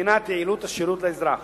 מבחינת יעילות השירות לאזרח.